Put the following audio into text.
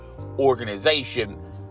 organization